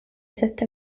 sette